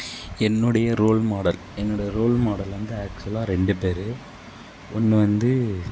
என்னுடைய role model என்னோட role model model வந்து ஆக்ஷுவலாக ரெண்டு பேர் ஒன்று வந்து